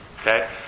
Okay